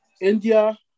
India